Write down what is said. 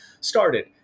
started